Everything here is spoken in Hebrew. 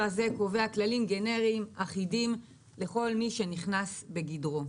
שקובע כללים גנריים אחידים לכל מי שנכנס בגדרו.